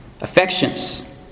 affections